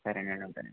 సరే నండి ఉంటానండి